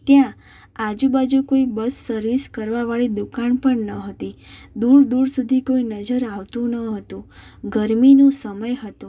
ત્યાં આજુબાજુ કોઈ બસ સર્વિસ કરવાવાળી દુકાન પણ ન હતી દૂર દૂર સુધી કોઇ નજર આવતું ન હતું ગરમીનો સમય હતો